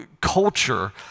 culture